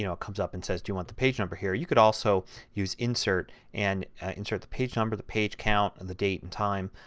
you know it comes up and says do you want the page number here, you can also use insert and insert the page number, the page count, and date and time.